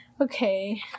okay